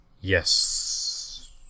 Yes